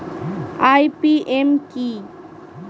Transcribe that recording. IPM কি?